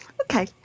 Okay